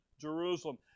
Jerusalem